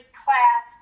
class